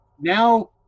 now